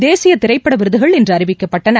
தேசிய திரைப்பட விருதுகள் இன்று அறிவிக்கப்பட்டன